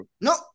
No